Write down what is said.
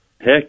Heck